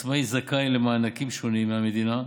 העצמאי זכאי למענקים שונים מהמדינה,